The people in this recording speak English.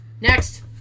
Next